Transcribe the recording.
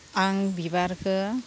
आं बिबारखो